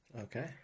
Okay